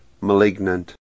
malignant